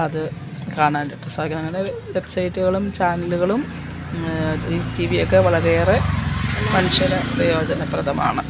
അത് കാണാനായിട്ട് സാധിക്കുന്നു അങ്ങനെ വെബ്സൈറ്റുകളും ചാനലുകളും ഈ ടീവിയൊക്കെ വളരെ ഏറെ മനുഷ്യന് പ്രയോജനപ്രദമാണ്